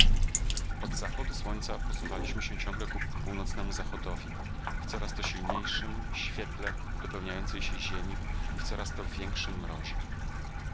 od zachodu słońca posuwaliśmy się ciągle ku północnemu zachodowi w coraz to silniejszem świetle dopełniającej się ziemi i w coraz to większym